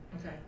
Okay